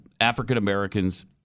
African-Americans